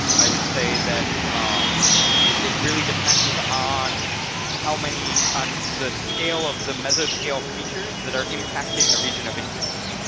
i would say that um it really depends on how many on the scale of the mesoscale features that are impacting the region of interest.